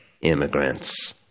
immigrants